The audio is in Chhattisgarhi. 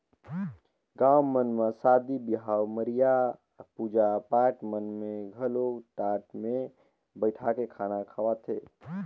गाँव मन म सादी बिहाव, मरिया, पूजा पाठ मन में घलो टाट मे बइठाके खाना खवाथे